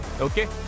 Okay